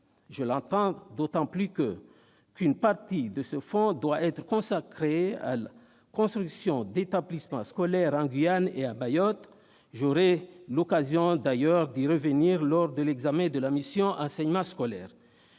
Je l'attends d'autant plus qu'une partie de ce fonds doit être consacrée à la construction d'établissements scolaires en Guyane et à Mayotte. J'aurai l'occasion d'y revenir lors de l'examen de la mission « Enseignement scolaire ».